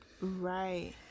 right